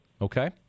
Okay